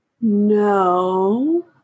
No